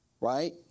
Right